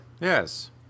Yes